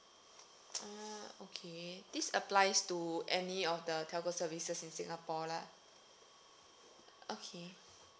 ah okay this applies to any of the telco services in singapore lah okay